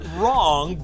wrong